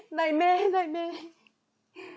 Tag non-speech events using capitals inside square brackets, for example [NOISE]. nightmare [LAUGHS] nightmare [LAUGHS]